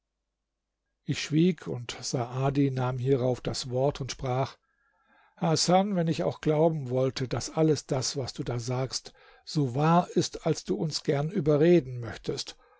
ich schwieg und saadi nahm hierauf das wort und sprach hasan wenn ich auch glauben wollte daß alles das was du da sagst so wahr ist als du uns gern überreden möchtest